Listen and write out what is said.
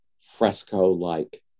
fresco-like